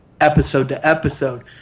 episode-to-episode